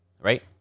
right